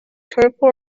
careful